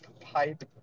pipe